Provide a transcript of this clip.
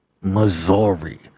Missouri